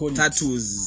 tattoos